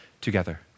together